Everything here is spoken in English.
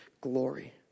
glory